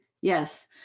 Yes